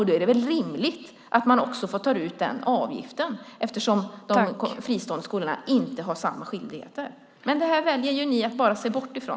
Då är det väl rimligt att man också får ta ut den avgiften, eftersom de fristående skolorna inte har samma skyldigheter. Men det här väljer ni att se bort ifrån.